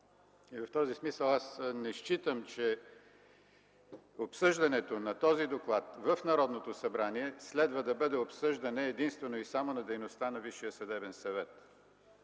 В този смисъл не считам, че обсъждането на този доклад в Народното събрание, следва да бъде обсъждане, единствено и само на дейността на Висшия съдебен съвет.